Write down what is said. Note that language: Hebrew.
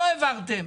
לא העברתם.